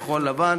כחול-לבן,